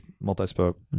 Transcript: multi-spoke